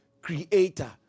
creator